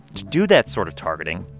to do that sort of targeting,